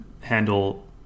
handle